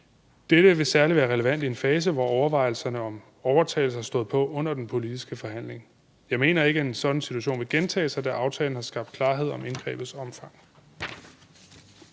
Dette vil særligt være relevant i en fase, hvor overvejelserne om overtagelse har stået på under den politiske forhandling. Jeg mener ikke, at en sådan situation vil gentage sig, da aftalen har skabt klarhed om indgrebets omfang.